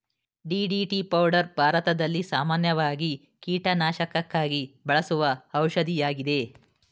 DDT powder ಭಾರತದಲ್ಲಿ ಸಾಮಾನ್ಯವಾಗಿ ಕೀಟನಾಶಕಕ್ಕಾಗಿ ಬಳಸುವ ಔಷಧಿಯಾಗಿದೆ